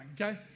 okay